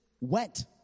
went